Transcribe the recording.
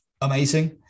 amazing